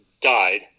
died